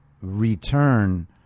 return